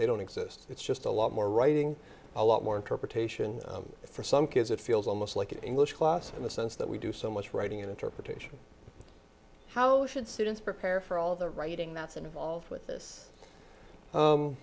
they don't exist it's just a lot more writing a lot more interpretation for some kids it feels almost like an english class in the sense that we do so much writing in interpretation how should students prepare for all the writing that's involved with this